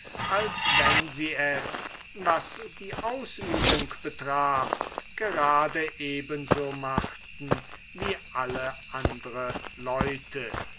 als wenn sie es was die ausübung betraf gerade eben so machten wie alle andre leute